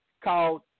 Called